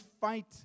fight